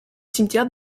cimetière